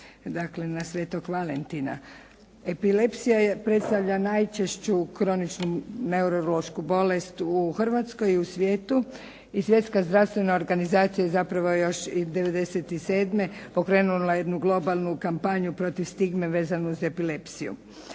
dakle na svetog Valentina. Epilepsija predstavlja najčešću kroničnu neurološku bolest u Hrvatskoj i u svijetu i Svjetska zdravstvena organizacija zapravo još '97. pokrenula jednu globalnu kampanju protiv stigme vezanu uz epilepsiju